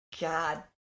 God